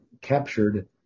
captured